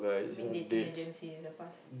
mean dating agency is a past